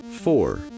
four